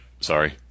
sorry